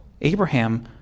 Abraham